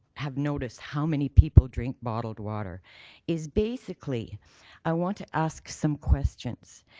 have noticed how many people drink bottled water is basically i want to ask some questions,